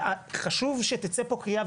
חשוב שתצא פה קריאה,